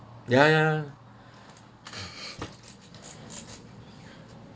ya ya ya